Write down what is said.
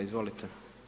Izvolite.